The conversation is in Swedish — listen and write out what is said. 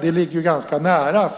Det ligger ganska nära.